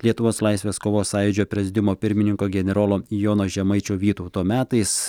lietuvos laisvės kovos sąjūdžio prezidiumo pirmininko generolo jono žemaičio vytauto metais